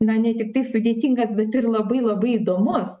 na ne tiktai sudėtingas bet ir labai labai įdomus